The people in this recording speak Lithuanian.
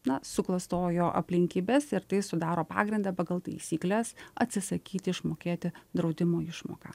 na suklastojo aplinkybes ir tai sudaro pagrindą pagal taisykles atsisakyti išmokėti draudimo išmoką